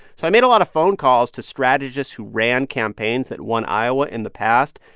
so i made a lot of phone calls to strategists who ran campaigns that won iowa in the past.